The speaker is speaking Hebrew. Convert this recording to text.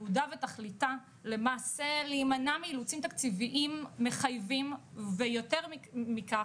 ייעודה ותכליתה למעשה להמנע מאילוצים תקציביים מחייבים ויותר מכך,